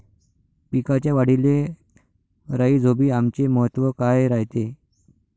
पिकाच्या वाढीले राईझोबीआमचे महत्व काय रायते?